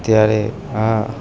ત્યારે આ